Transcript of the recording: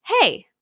hey